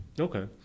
Okay